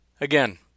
again